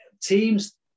teams